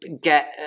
get